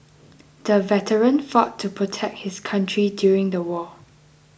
the veteran fought to protect his country during the war